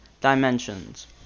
dimensions